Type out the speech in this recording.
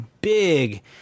big